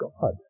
God